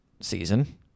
season